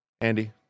Andy